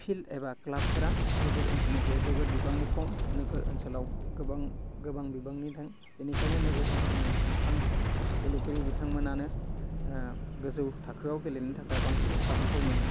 field एबा क्लाबफोरा नोगोर ओनसोलनिख्रुइ जोबोर बिबांनि खम नोगोर ओनसोलाव गोबां गोबां बिबांनिथाय बेनिखायनो नोगोर ओनसोलनि बांसिन गेलेगिरि बिथांमोनानो ओह गोजौ थाखोआव गेलेनो थाखाय बांसिन खाबुखौ मोनो